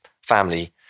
family